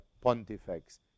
pontifex